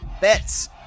bets